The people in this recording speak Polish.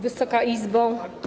Wysoka Izbo!